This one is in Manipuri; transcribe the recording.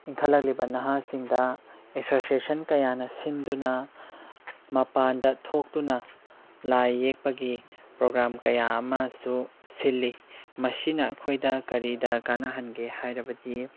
ꯏꯟꯈꯠꯂꯛꯂꯤꯕ ꯅꯍꯥꯁꯤꯡꯗ ꯑꯦꯁꯣꯁꯦꯁꯟ ꯀꯌꯥꯅ ꯁꯤꯟꯗꯨꯅ ꯃꯄꯥꯟꯗ ꯊꯣꯛꯇꯨꯅ ꯂꯥꯏ ꯌꯦꯛꯄꯒꯤ ꯄ꯭ꯔꯣꯒꯥꯝ ꯀꯌꯥ ꯑꯃꯁꯨ ꯁꯤꯜꯂꯤ ꯃꯁꯤꯅ ꯑꯩꯈꯣꯏꯅ ꯀꯔꯤꯗ ꯀꯥꯟꯅꯍꯟꯒꯦ ꯍꯥꯏꯔꯕꯗꯤ